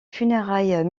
funérailles